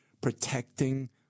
Protecting